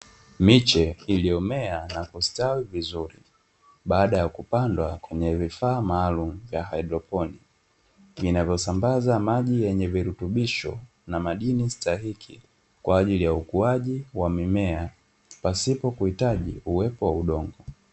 Miche iliyomea na kustawi vizuri baada ya kupandwa kwenye vifaa maalumu vya hidropon, vinavyo samabaza maji ya virutubisho na madini stahiki, kwajili ya ukuwaji wa mimea pasipo kuhitaji uwepo wa udongo.